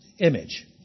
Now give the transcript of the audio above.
image